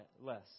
less